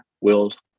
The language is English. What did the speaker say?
Will's